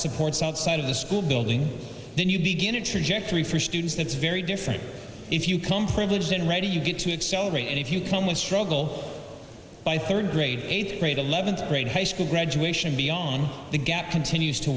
supports outside of the school building then you begin a trajectory for students that's very different if you come privileged in ready you get to accelerate and if you come in struggle by third grade eighth grade eleventh grade high school graduation beyond the gap continues to